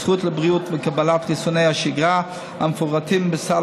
הזכות לבריאות וקבלת חיסוני השגרה המפורטים בסל